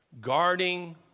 guarding